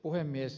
puhemies